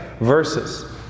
verses